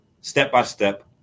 step-by-step